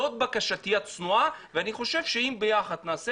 זאת בקשתי הצנועה ואני חושב שאם ביחד נעשה